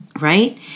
Right